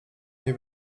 nie